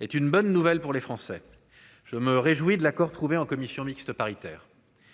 est une bonne nouvelle pour les Français, je me réjouis de l'accord trouvé en commission mixte paritaire,